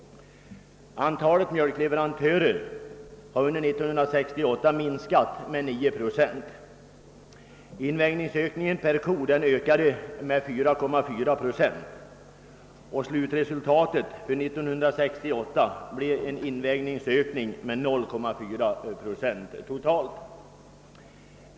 Antalet mjölkleverantörer har under 1968 minskat med 9 procent. Invägningsökningen per ko ökade med 4,4 procent. Slutresultatet för 1968 blev en invägningsökning med 0,4 procent totalt.